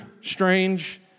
strange